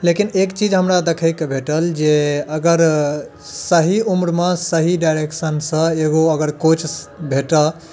लेकिन एक चीज हमरा देखैक भेटल जे अगर सही उम्रमे सही डाइरेक्शनसँ एगो अगर कोच भेटय